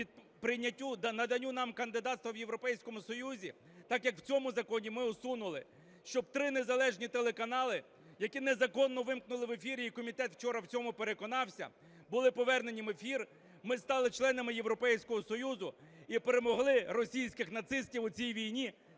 прийняттю… наданню нам кандидатства у Європейському Союзі, так, як в цьому законі ми усунули, щоб три незалежні телеканали, які незаконно вимкнули в ефірі, і комітет вчора в цьому переконався, були повернені в ефір, ми стали членами Європейського Союзу і перемогли російських нацистів у цій війні